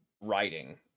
writing